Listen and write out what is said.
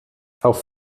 auf